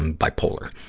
um bipolar.